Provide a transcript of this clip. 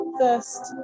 first